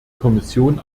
kommission